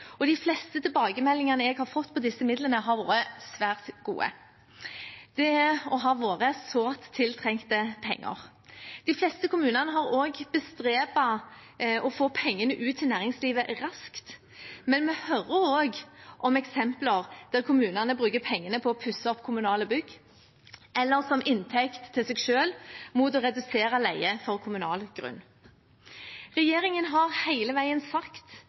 og de fleste tilbakemeldingene jeg har fått på disse midlene, har vært svært gode. Det har vært sårt tiltrengte penger. De fleste kommunene har bestrebet seg på å få pengene ut til næringslivet raskt, men vi hører også om eksempler der kommunene bruker pengene på å pusse opp kommunale bygg, eller som inntekt til seg selv mot å redusere leien for kommunal grunn. Regjeringen har hele veien sagt